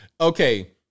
Okay